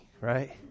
right